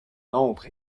l’ombre